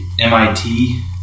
MIT